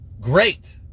Great